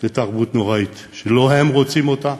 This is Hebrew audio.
לתרבות נוראית, שלא הם רוצים אותה,